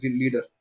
leader